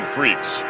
Freaks